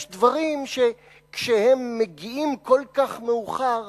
יש דברים שכשהם מגיעים כל כך מאוחר,